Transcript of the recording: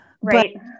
Right